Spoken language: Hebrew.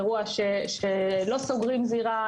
אירוע שלא סוגרים זירה.